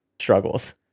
struggles